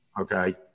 Okay